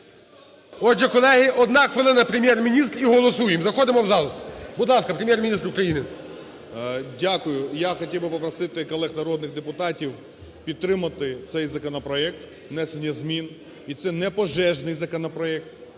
Отже, колеги, 1 хвилина – Прем'єр-міністр, і голосуємо. Заходимо у зал. Будь ласка, Прем'єр-міністр України. 11:52:23 ГРОЙСМАН В.Б. Дякую. Я хотів би попросити колег народних депутатів підтримати цей законопроект, внесення змін. І це не пожежний законопроект,